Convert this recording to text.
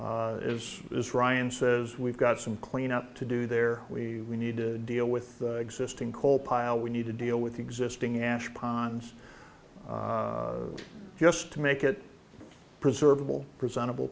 gone is is ryan says we've got some cleanup to do there we need to deal with the existing coal pile we need to deal with the existing ash ponds just to make it preserve all presentable